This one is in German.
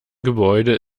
gebäude